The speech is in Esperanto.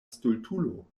stultulo